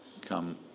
come